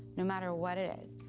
no matter what it is,